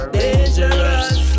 dangerous